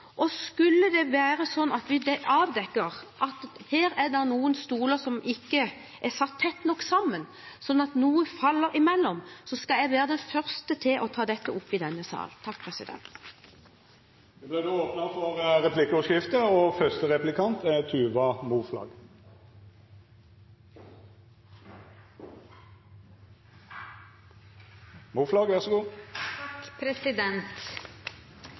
Og skulle det være slik at vi avdekker at her er det noen stoler som ikke er satt tett nok sammen, slik at noe faller imellom, skal jeg være den første til å ta dette opp i denne salen. Det vert replikkordskifte. Regjeringspartiene henviser til meldingen Leve hele livet og bruker det bl.a. som begrunnelse for